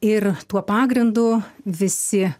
ir tuo pagrindu visi